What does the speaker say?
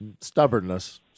stubbornness